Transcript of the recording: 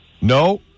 No